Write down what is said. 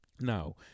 Now